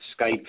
Skype